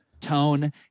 tone